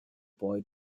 boy